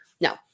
no